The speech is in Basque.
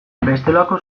bestelako